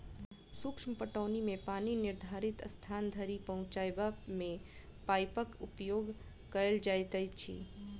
सूक्ष्म पटौनी मे पानि निर्धारित स्थान धरि पहुँचयबा मे पाइपक उपयोग कयल जाइत अछि